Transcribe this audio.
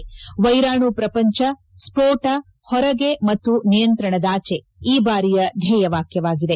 ವೈರಾಣು ಪ್ರಪಂಚ ಸ್ವೋಟ ಹೊರಗೆ ಮತ್ತು ನಿಯಂತ್ರಣದಾಚೆ ಈ ಬಾರಿಯ ಧ್ಲೇಯ ವಾಕ್ಲವಾಗಿದೆ